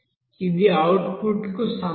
అది ఇన్పుట్కు సమానం